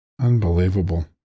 Unbelievable